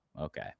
okay